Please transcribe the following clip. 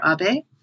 Abe